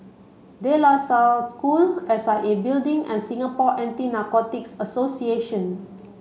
De La Salle School S I A Building and Singapore Anti Narcotics Association